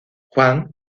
juan